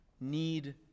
need